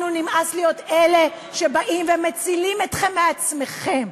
לנו נמאס להיות אלה שבאים ומצילים אתכם מעצמכם.